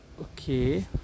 okay